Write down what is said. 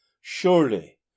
Surely